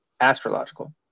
Astrological